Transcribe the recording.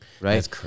Right